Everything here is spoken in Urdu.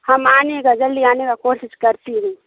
ہم آنے کا جلدی آنے کا کوشش کرتی ہوں